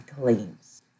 claims